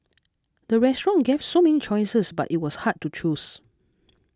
the restaurant gave so many choices but it was hard to choose